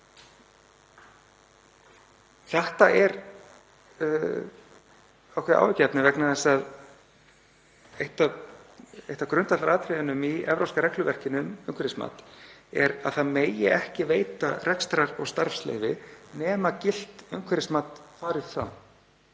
Þetta er ákveðið áhyggjuefni vegna þess að eitt af grundvallaratriðunum í evrópska regluverkinu um umhverfismat er að það megi ekki veita rekstrar- og starfsleyfi nema gilt umhverfismat fari fram.